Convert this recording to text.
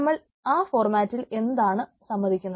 നമ്മൾ ആ ഫോർമാറ്റിൽ എന്താണ് സമ്മതിക്കുന്നത്